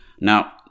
Now